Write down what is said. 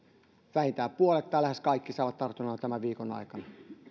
vähintään puolet saa tai lähes kaikki saavat tartunnan tämän viikon aikana